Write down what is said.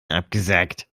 abgesackt